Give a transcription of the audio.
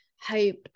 hope